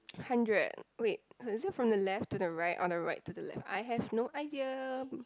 hundred wait is it from the left to the right or the right to the left I have no idea